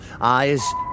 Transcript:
eyes